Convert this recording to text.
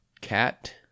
cat